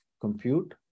compute